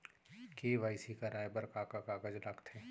KYC कराये बर का का कागज लागथे?